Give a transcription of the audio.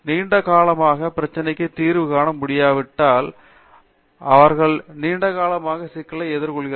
நீண்ட காலமாக பிரச்சனைக்கு தீர்வு காண முடியாவிட்டால் அவர் நீண்டகாலமாக சிக்கலை எதிர்கொள்கிறார்